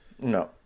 No